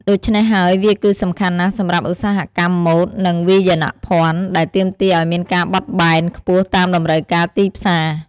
ដូច្នេះហើយវាគឺសំខាន់ណាស់សម្រាប់ឧស្សាហកម្មម៉ូដ និងវាយនភ័ណ្ឌ ដែលទាមទារអោយមានការបត់បែនខ្ពស់តាមតម្រូវការទីផ្សារ។